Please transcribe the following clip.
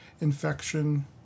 infection